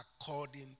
according